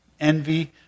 envy